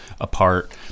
Apart